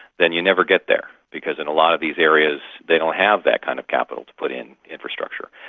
then you never get there. because in a lot of these areas, they don't have that kind of capital to put in infrastructure.